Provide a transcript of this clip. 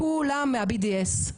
כולם מה BDS,